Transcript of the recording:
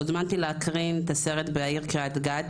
הוזמנתי להקרין את הסרט בעיר קריית גת,